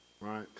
right